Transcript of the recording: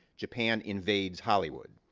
japan invades hollywood.